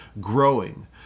growing